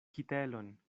kitelon